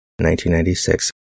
1996